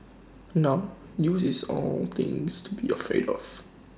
now news is all things to be afraid of